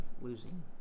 losing